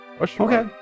Okay